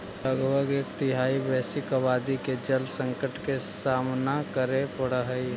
लगभग एक तिहाई वैश्विक आबादी के जल संकट के सामना करे पड़ऽ हई